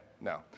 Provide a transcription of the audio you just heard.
no